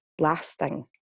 lasting